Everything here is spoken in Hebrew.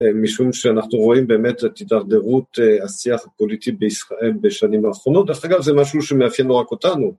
משום שאנחנו רואים באמת את התדרדרות השיח הפוליטי בישראל בשנים האחרונות, דרך אגב זה משהו שמאפיין לא רק אותנו.